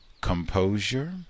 composure